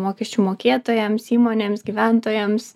mokesčių mokėtojams įmonėms gyventojams